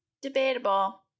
debatable